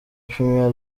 premier